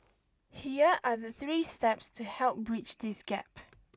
here are the three steps to help bridge this gap